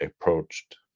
approached